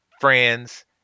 friends